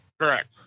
correct